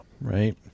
right